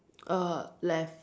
uh left